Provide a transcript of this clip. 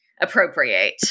appropriate